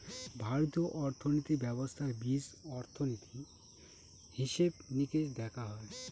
ভারতীয় অর্থনীতি ব্যবস্থার বীজ অর্থনীতি, হিসেব নিকেশ দেখা হয়